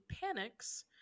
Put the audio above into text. panics